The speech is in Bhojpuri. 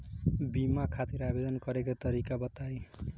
बीमा खातिर आवेदन करे के तरीका बताई?